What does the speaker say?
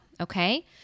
Okay